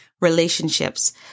Relationships